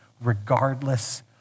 regardless